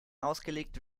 ausgelegt